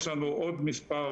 יש לנו עוד מספר